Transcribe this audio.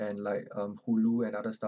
and like um hulu and other stuff